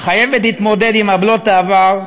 חייבת להתמודד עם עוולות העבר,